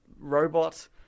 robot